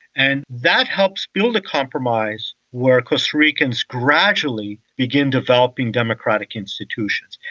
and that helps build a compromise where costa ricans gradually begin developing democratic institutions.